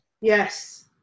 Yes